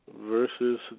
versus